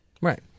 Right